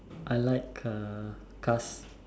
I like uh cars